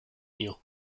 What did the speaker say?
ihr